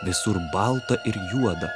visur balta ir juoda